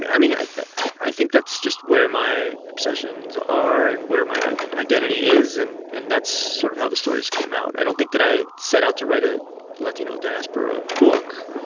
i mean, i i think that's just where my obsessions are and where my identity is. and and that's sort of how the stories came out. i don't think that i set out to write a latino diaspora book.